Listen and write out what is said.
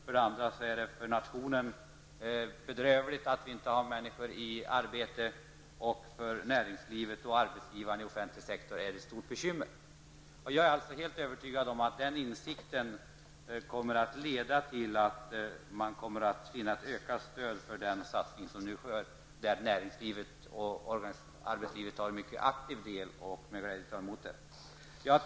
För nationen är det bedrövligt att människor saknar arbete, och för näringslivet och arbetsgivare inom den offentliga sektorn är det ett stort bekymmer. Jag är helt övertygad om att den insikten kommer att leda till ett ökat stöd för den satsning som nu sker, där näringslivet och arbetslivet tar en mycket aktiv del och med glädje tar emot satsningen.